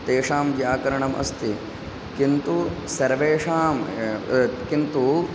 तेषां व्याकरणम् अस्ति किन्तु सर्वेषां किन्तु